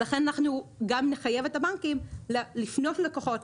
לכן אנחנו גם נחייב את הבנקים לפנות ללקוחות